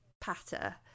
patter